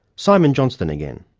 simon johnston again.